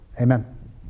Amen